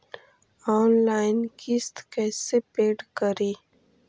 Online किस्त कैसे paid करि?